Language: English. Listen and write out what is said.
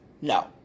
No